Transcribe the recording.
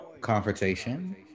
confrontation